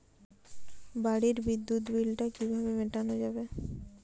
বাড়ির বিদ্যুৎ বিল টা কিভাবে মেটানো যাবে?